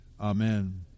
Amen